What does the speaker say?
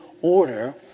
order